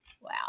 wow